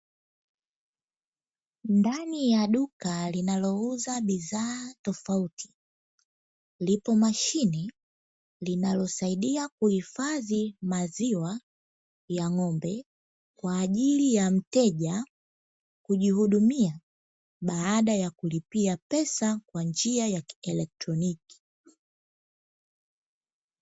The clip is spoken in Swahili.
Ndani ya duka linalouza bidhaa tofauti lipo mashine linalosaidia kuhifadhi maziwa ya ng'ombe, kwa ajii ya mteja kujihudumia baada ya kulipia pesa kwa njia ya kielektroniki.